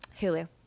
hulu